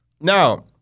now